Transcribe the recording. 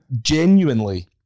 Genuinely